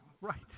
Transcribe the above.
Right